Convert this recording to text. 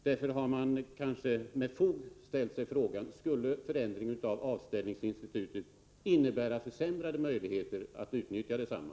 Därför har man kanske med fog frågat sig om förändringen av avställningsinstitutet skulle innebära försämrade möjligheter att utnyttja detsamma.